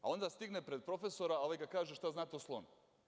Onda stigne pred profesora i ovaj ga pita šta znate o slonu.